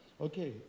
Okay